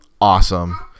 awesome